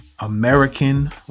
American